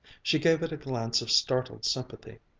she gave it a glance of startled sympathy.